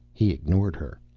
he ignored her.